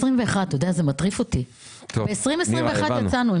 תגידו כמה מילים